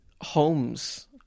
homes